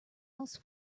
else